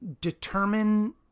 determine